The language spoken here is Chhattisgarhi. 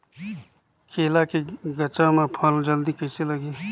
केला के गचा मां फल जल्दी कइसे लगही?